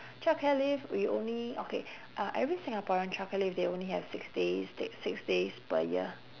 childcare leave we only okay uh every singaporean childcare leave they only have six days take six days per year